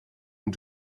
and